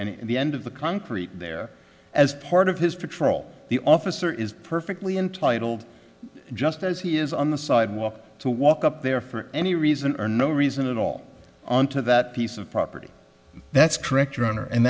and the end of the concrete there as part of his patrol the officer is perfectly entitled just as he is on the sidewalk to walk up there for any reason or no reason at all on to that piece of property that's correct